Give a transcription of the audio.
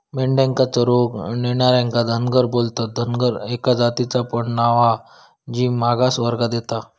मेंढ्यांका चरूक नेणार्यांका धनगर बोलतत, धनगर एका जातीचा पण नाव हा जी मागास वर्गात येता